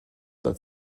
that